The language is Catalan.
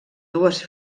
dues